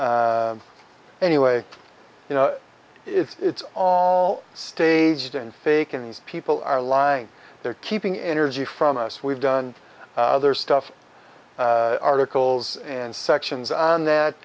anyway you know it's all staged and fake and these people are lying they're keeping energy from us we've done other stuff articles and sections on that